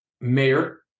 Mayor